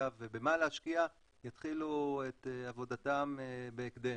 ובמה להשקיע יתחילו את עבודתם בהקדם,